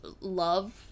love